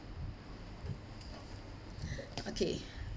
okay